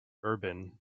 urban